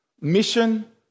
mission